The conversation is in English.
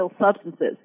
substances